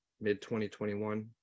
mid-2021